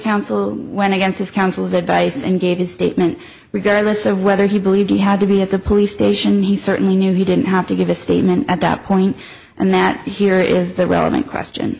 counsel went against his counsel's advice and gave his statement regardless of whether he believed he had to be at the police station he certainly knew he didn't have to give a statement at that point and that here is the relevant question